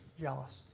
jealous